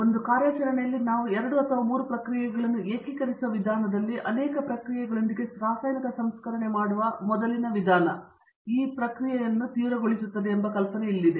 1 ಕಾರ್ಯಾಚರಣೆಯಲ್ಲಿ ನಾವು 2 ಅಥವಾ 3 ಪ್ರಕ್ರಿಯೆಗಳನ್ನು ಏಕೀಕರಿಸುವ ವಿಧಾನದಲ್ಲಿ ಅನೇಕ ಪ್ರಕ್ರಿಯೆಗಳೊಂದಿಗೆ ರಾಸಾಯನಿಕ ಸಂಸ್ಕರಣೆ ಮಾಡುವ ಮೊದಲಿನ ವಿಧಾನವು ಈಗ ಪ್ರಕ್ರಿಯೆಯನ್ನು ತೀವ್ರಗೊಳಿಸುತ್ತದೆ ಎಂಬ ಕಲ್ಪನೆಯು ಎಲ್ಲಿದೆ